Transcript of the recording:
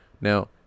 Now